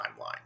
timeline